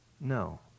No